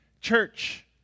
church